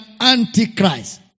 antichrist